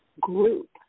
group